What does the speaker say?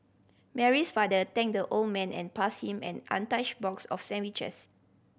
Mary's father thanked the old man and passed him an untouched box of sandwiches